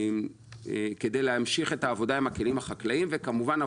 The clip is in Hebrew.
וכדי להמשיך את העבודה עם הכלים החקלאיים; וכמובן,